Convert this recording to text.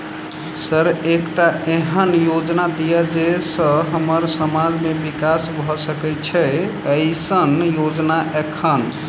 Sir एकटा एहन योजना दिय जै सऽ हम्मर समाज मे विकास भऽ सकै छैय एईसन योजना एखन?